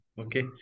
Okay